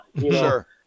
Sure